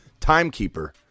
timekeeper